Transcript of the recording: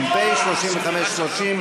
פ/3530.